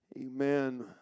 amen